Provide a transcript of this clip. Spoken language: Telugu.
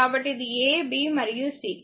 కాబట్టిఇది a b మరియు c